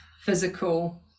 physical